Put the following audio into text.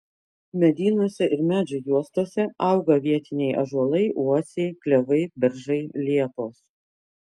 medynuose ir medžių juostose auga vietiniai ąžuolai uosiai klevai beržai liepos